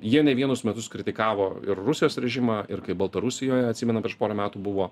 jie ne vienus metus kritikavo ir rusijos režimą ir kai baltarusijoje atsimenu prieš porą metų buvo